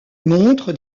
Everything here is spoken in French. montre